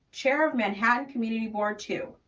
chair of manhattan community board two,